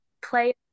play